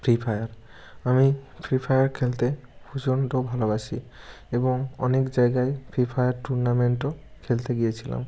free Fire আমি Free Fire খেলতে প্রচণ্ড ভালোবাসি এবং অনেক জায়গায় ফ্রি ফায়ার টুর্নামেন্টও খেলতে গিয়েছিলাম